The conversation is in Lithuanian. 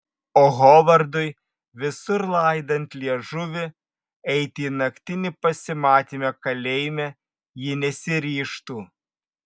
o hovardui visur laidant liežuvį eiti į naktinį pasimatymą kalėjime ji nesiryžtų